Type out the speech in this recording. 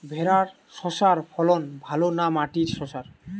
ভেরার শশার ফলন ভালো না মাটির শশার?